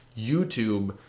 YouTube